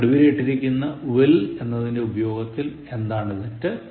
അടിവരയിട്ടിരിക്കുന്ന will എന്നതിൻറെ ഉപയോഗത്തിൽ എന്താണ് തെറ്റ്